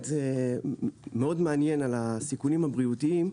מאוד מעניין על הסיכונים הבריאותיים.